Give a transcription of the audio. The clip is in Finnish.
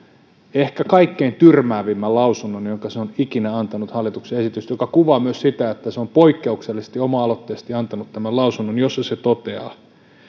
ehkä kaikkein tyrmäävimmän lausunnon jonka se on ikinä antanut hallituksen esityksestä mitä kuvaa myös se että se on poikkeuksellisesti oma aloitteisesti antanut tämän lausunnon jossa se toteaa